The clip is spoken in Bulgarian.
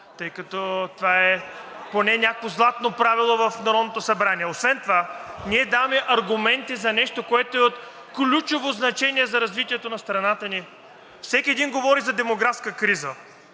тъй като това е поне някакво златно правило в Народното събрание. Освен това ние даваме аргументи за нещо, което е от ключово значение за развитието на страната ни. Всеки един говори за демографска криза.